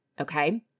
Okay